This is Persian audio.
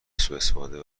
سواستفاده